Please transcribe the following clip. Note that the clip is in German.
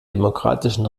demokratischen